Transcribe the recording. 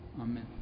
Amen